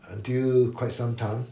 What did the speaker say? until quite some time